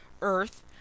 earth